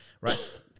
Right